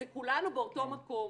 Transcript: זה כולנו באותו מקום.